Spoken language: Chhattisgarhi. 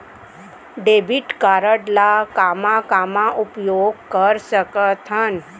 डेबिट कारड ला कामा कामा उपयोग कर सकथन?